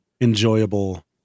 enjoyable